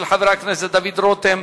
של חברי הכנסת דוד רותם,